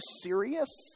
serious